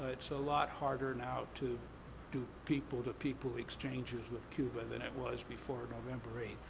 it's a lot harder now to do people to people exchanges with cuba than it was before november eighth.